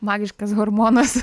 magiškas hormonas